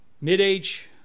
mid-age